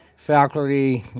faculty,